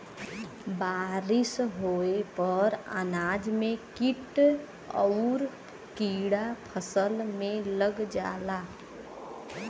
बारिस होये पर अनाज में कीट आउर कीड़ा फसल में लग जाला